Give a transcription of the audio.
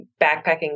backpacking